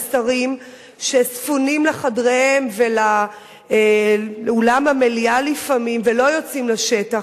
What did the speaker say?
לשרים שספונים בחדריהם ובאולם המליאה לפעמים ולא יוצאים לשטח,